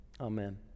Amen